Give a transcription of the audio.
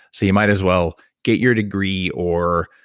so you might as well get your degree or